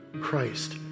Christ